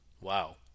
Wow